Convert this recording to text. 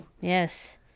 yes